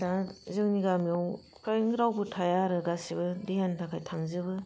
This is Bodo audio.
दा जोंनि गामियाव फ्रायनो रावबो थाया आरो गासिबो देहानि थाखाय थांजोबो